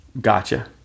Gotcha